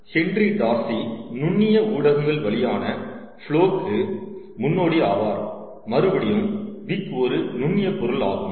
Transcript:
Henry Darcy நுண்ணிய ஊடகங்கள் வழியான ஃபுலோக்கு முன்னோடி ஆவார் மறுபடியும் விக் ஒரு நுண்ணிய பொருள் ஆகும்